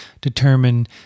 determine